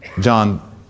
John